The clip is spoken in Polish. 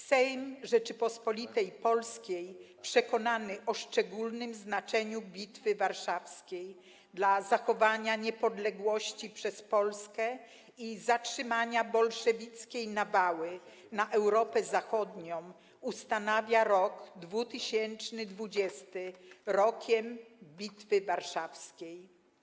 Sejm Rzeczypospolitej Polskiej, przekonany o szczególnym znaczeniu Bitwy Warszawskiej dla zachowania niepodległości przez Polskę i zatrzymania bolszewickiej nawały na Europę Zachodnią, ustanawia rok 2020 Rokiem Bitwy Warszawskiej”